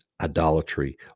idolatry